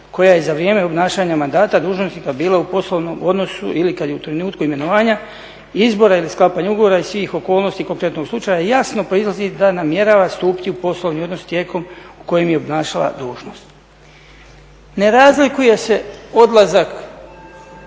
koja je za vrijeme obnašanja mandata dužnosnika bila u poslovnom odnosu ili kad je u trenutku imenovanja izbora ili sklapanja ugovora i svih okolnosti konkretnog slučaja jasno proizlazi da namjerava stupiti u poslovni odnos tijekom kojeg je obnašala dužnost. Ne razlikuje se odlazak